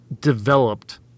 Developed